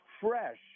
fresh